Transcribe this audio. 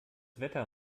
wetter